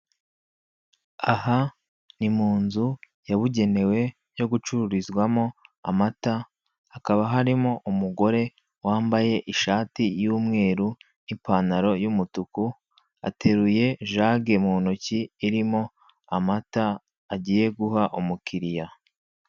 Aha ni mu nzu yabugenewe yo gacururizwamo amata, hakaba harimo umugore wambaye ishati y'umweru n'ipantaro y'umutuku. Ateruye jage mu ntoki irimo amata agiye guha umukiriya.